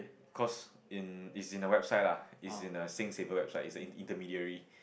cause in it's in the website lah it's in the SingSaver website it's a an intermediary